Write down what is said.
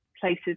places